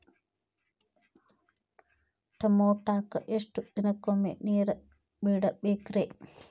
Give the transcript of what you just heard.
ಟಮೋಟಾಕ ಎಷ್ಟು ದಿನಕ್ಕೊಮ್ಮೆ ನೇರ ಬಿಡಬೇಕ್ರೇ?